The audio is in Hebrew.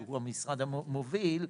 שהוא המשרד המוביל,